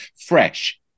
fresh